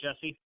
Jesse